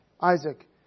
Isaac